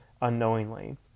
unknowingly